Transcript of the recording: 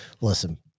listen